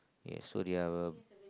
yes so they are uh